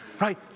Right